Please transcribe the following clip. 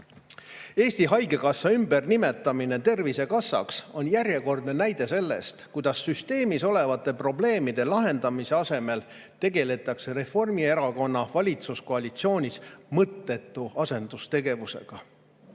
Eesti Haigekassa ümbernimetamine Tervisekassaks on järjekordne näide sellest, kuidas süsteemis olevate probleemide lahendamise asemel tegeldakse Reformierakonna [juhitavas] valitsuskoalitsioonis mõttetu asendustegevusega. Tervisekassa